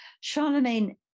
Charlemagne